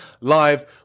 Live